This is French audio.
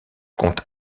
compte